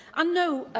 and no,